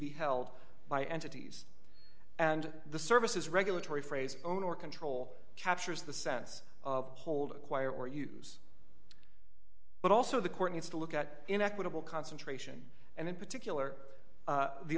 be held by entities and the services regulatory phrase own or control captures the sense of hold acquire or use but also the court needs to look at in equitable concentration and in particular